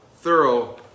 thorough